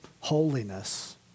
holiness